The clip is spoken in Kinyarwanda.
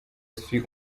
suis